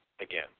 again